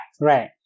Right